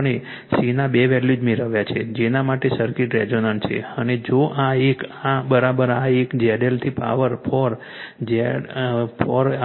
આપણે C ના બે વેલ્યૂઝ મેળવ્યા છે જેના માટે સર્કિટ રેઝોનન્સ છે અને જો આ એક આ એક ZL 4 4